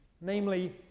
namely